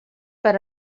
per